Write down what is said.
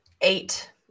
Eight